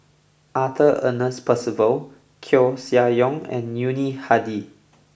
Arthur Ernest Percival Koeh Sia Yong and Yuni Hadi